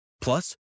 Plus